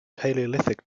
paleolithic